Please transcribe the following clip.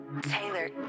Taylor